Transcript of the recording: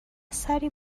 سری